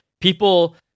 People